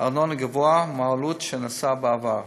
ארנונה גבוה מהעלות שנשא בעבר.